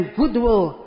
goodwill